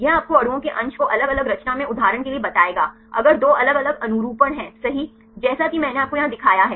यह आपको अणुओं के अंश को अलग अलग रचना में उदाहरण के लिए बताएगा अगर दो अलग अलग अनुरूपण हैंसही जैसा कि मैंने आपको यहां दिखाया है